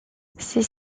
ces